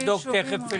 נבדוק תיכף.